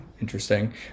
interesting